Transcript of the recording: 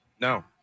No